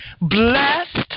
Blessed